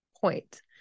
point